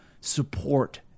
support